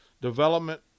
Development